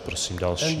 Prosím další.